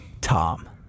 Tom